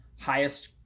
highest